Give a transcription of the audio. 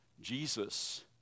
Jesus